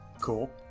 Cool